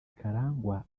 karangwa